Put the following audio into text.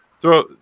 throw